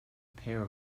pair